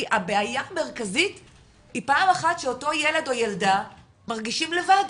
כי הבעיה המרכזית היא פעם אחת שאותו ילד או ילדה מרגישים לבד,